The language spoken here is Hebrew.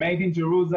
Made in Jerusalem,